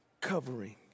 covering